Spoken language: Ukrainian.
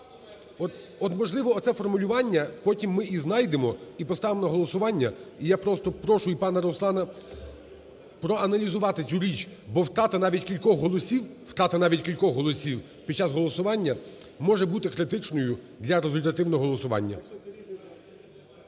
От, можливо, оце формулювання потім ми і знайдемо, і поставимо на голосування. І я просто прошу і пана Руслана проаналізувати цю річ. Бо втрата навіть кількох голосів, втрата навіть кількох голосів під час голосування може бути критичною для результативного голосування.